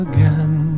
Again